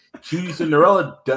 Cinderella